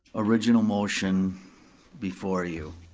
original motion before you.